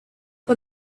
but